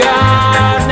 God